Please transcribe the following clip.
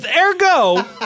ergo